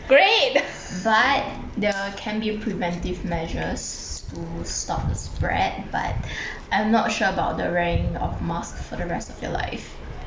but there wi~ can be preventative measures to stop the spread but I am not sure about the wearing of mask for the rest of your life